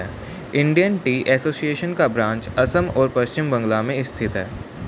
Indian tea association का branch Assam और पश्चिम बंगाल में स्थित है